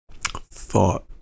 thought